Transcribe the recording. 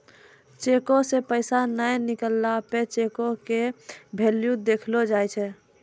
चेको से पैसा नै निकलला पे चेको के भेल्यू देखलो जाय छै